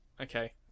okay